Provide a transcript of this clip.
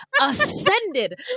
ascended